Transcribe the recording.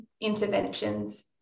interventions